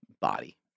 body